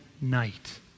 night